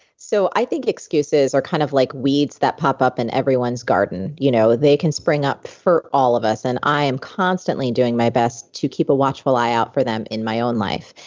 so i think excuses are kind of like weeds that pop up in everyone's garden. you know they can spring up for all of us and i am constantly doing my best to keep a watchful eye for them in my own life.